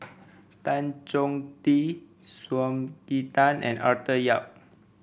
Tan Chong Tee Sumiko Tan and Arthur Yap